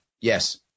Yes